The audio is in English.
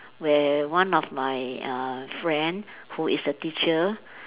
where one of my uh friend who is a teacher